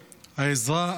העזרה,